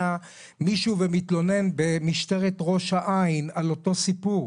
מישהו ומתלונן במשטרת ראש העין על אותו סיפור.